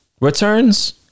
returns